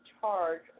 charge